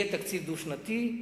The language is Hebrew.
להביא תקציב דו-שנתי,